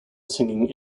singing